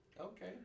Okay